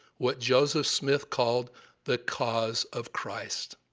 what joseph smith called the cause of christ.